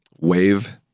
wave